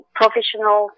professional